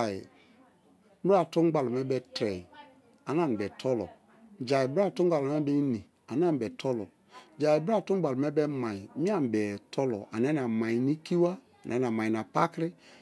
ai bra tungbali me trei ane ani be tolo jai bra tu̱ngbali me bo ini ane ani be tolo, jai bra tungbali̱ me̱ bio mai mie ani be tolo ania-nia mai na ekiwa ani̱a-ni̱a mai̱ na pakri̱